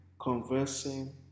conversing